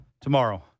Tomorrow